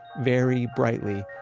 very brightly,